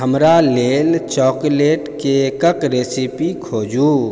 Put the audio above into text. हमरा लेल चॉकलेट केकके रेसिपी खोजू